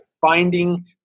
finding